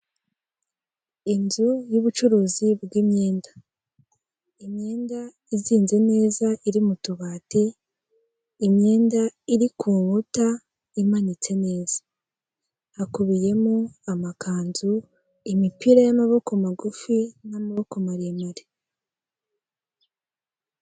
Inzu y'ubucuruzi bw'imyenda imyenda izinze neza iri mu tubati, imyenda iri ku nkuta imanitse neza hakubiyemo amakanzu, imipira y'amaboko magufi, n'amaboko maremare.